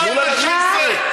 תנו לה להשלים טיעון.